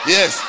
Yes